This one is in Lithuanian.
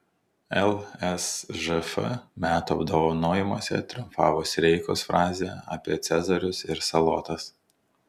lsžf metų apdovanojimuose triumfavo sireikos frazė apie cezarius ir salotas